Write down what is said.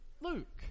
Luke